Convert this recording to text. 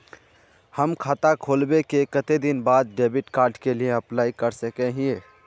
हम खाता खोलबे के कते दिन बाद डेबिड कार्ड के लिए अप्लाई कर सके हिये?